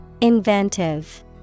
Inventive